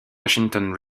washington